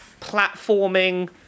platforming